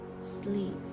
Sleep